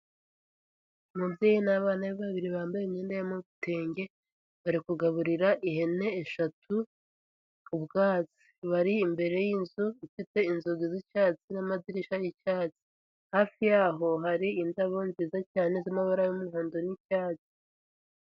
Umubyeyi n'abana be babiri, bambaye imyenda yo mu bitenge, bari kugaburira ihene eshatu ubwatsi, bari imbere y'inzu ifite inzugi z'icyatsi, n'amadirishya y'icyatsi. Hafi yaho hari indabo nziza cyane z'amabara y'umuhondo n'icyatsi.